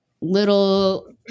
little